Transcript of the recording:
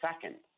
second